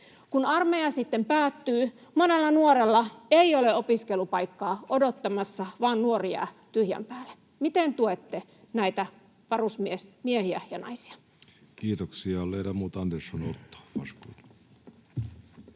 Kun armeija sitten päättyy, monella nuorella ei ole opiskelupaikkaa odottamassa, vaan nuori jää tyhjän päälle. Miten tuette näitä varusmiehiä ja -naisia? [Speech 134] Speaker: Jussi